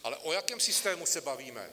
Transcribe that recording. Ale o jakém systému se bavíme?